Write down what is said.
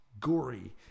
gory